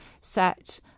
set